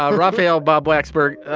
um rafael, bob blacksburg.